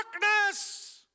darkness